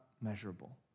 measurable